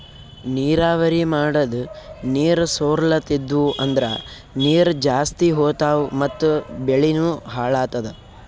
ನೀರಾವರಿ ಮಾಡದ್ ನೀರ್ ಸೊರ್ಲತಿದ್ವು ಅಂದ್ರ ನೀರ್ ಜಾಸ್ತಿ ಹೋತಾವ್ ಮತ್ ಬೆಳಿನೂ ಹಾಳಾತದ